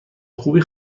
خوبی